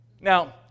Now